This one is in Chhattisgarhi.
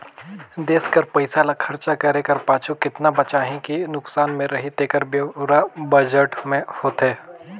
देस कर पइसा ल खरचा करे कर पाछू केतना बांचही कि नोसकान में रही तेकर ब्योरा बजट में होथे